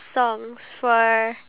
and then